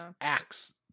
acts